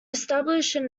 established